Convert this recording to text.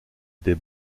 des